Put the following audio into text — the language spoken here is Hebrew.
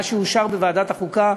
מאז אושר בוועדת החוקה